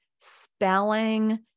spelling